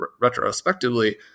retrospectively